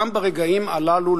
גם ברגעים הללו,